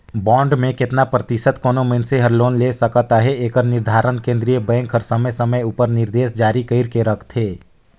bond में केतना परतिसत कोनो मइनसे हर लोन ले सकत अहे एकर निरधारन केन्द्रीय बेंक हर समे समे उपर निरदेस जारी कइर के रखथे